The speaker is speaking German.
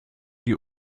die